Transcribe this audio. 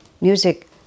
Music